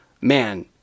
man